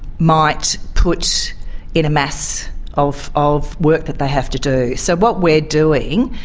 might put in a mass of of work that they have to do. so what we're doing,